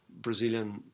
Brazilian